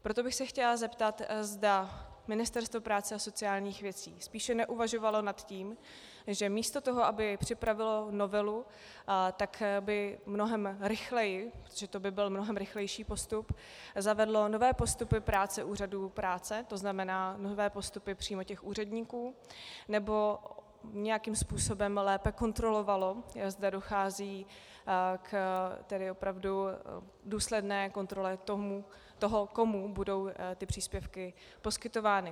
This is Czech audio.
Proto bych se chtěla zeptat, zda Ministerstvo práce a sociálních věcí spíše neuvažovalo o tom, že místo toho, aby připravilo novelu, tak by mnohem rychleji, protože to by byl mnohem rychlejší postup, zavedlo nové postupy práce úřadů práce, to znamená nové postupy přímo těch úředníků, nebo nějakým způsobem lépe kontrolovalo, zda dochází k opravdu důsledné kontrole toho, komu budou ty příspěvky poskytovány.